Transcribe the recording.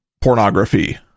pornography